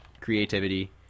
creativity